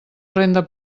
renda